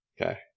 okay